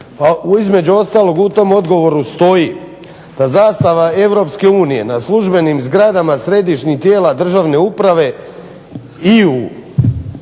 Između ostalog u tom odgovoru stoji da zastava EU na službenim zgradama središnjih tijela državne uprave i u